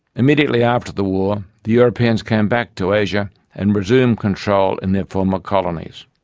immediately after the war, the europeans came back to asia and resumed control in their former colonies.